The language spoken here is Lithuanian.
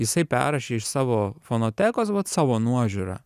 jisai perrašė iš savo fonotekos vat savo nuožiūra